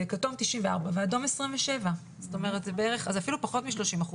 כתום 94 ואדום 27. זאת אומרת אז אפילו פחות מ-30%,